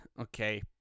okay